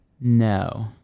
No